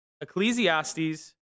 Ecclesiastes